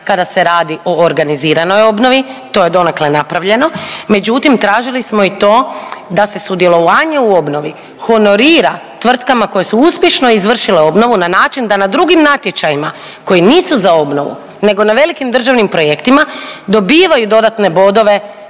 kada se radi o organiziranoj obnovi, to je donekle napravljeno, međutim tražili smo i to da se sudjelovanje u obnovi honorira tvrtka koje su uspješno izvršile obnovu na način da na drugim natječajima koji nisu za obnovu nego na velikim državnim projektima dobivaju dodatne bodove